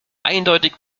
eindeutig